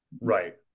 Right